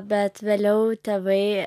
bet vėliau tėvai